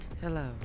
Hello